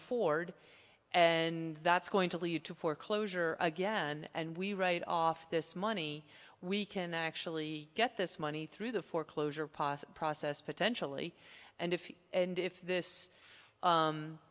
afford and that's going to lead to foreclosure again and we write off this money we can actually get this money through the foreclosure process process potentially and if and if this